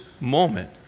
moment